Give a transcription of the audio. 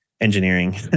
engineering